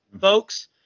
folks